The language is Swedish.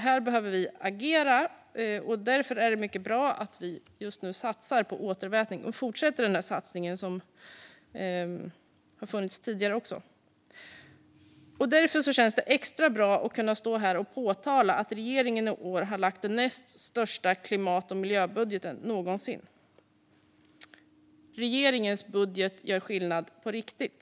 Här behöver vi alltså agera, och därför är det mycket bra att vi just nu satsar på återvätning och fortsätter den satsning som har gjorts även tidigare. Därför känns det extra bra att kunna stå här och påpeka att regeringen i år har lagt den näst största klimat och miljöbudgeten någonsin. Regeringens budget gör skillnad på riktigt!